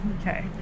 Okay